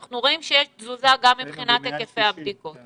אנחנו רואים שיש תזוזה גם מבחינת היקפי הבדיקות כי